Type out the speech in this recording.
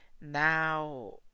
now